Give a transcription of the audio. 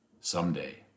Someday